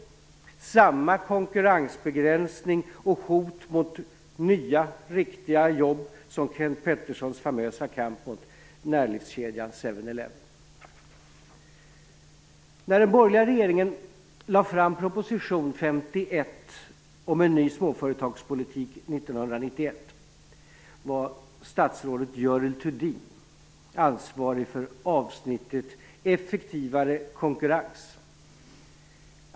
Den leder till samma konkurrensbegränsning och hot mot nya riktiga jobb som När den borgerliga regeringen 1991 lade fram proposition 51 om en ny småföretagspolitik var statsrådet Görel Thurdin ansvarig för avsnittet Effektivare konkurrens.